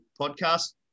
podcast